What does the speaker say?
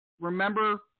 remember